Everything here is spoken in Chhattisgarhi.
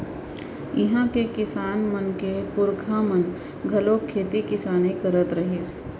इहां के किसान मन के पूरखा मन घलोक खेती किसानी करत रिहिस